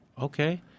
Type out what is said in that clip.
okay